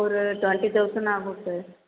ஒரு twenty thousand ஆகும் sir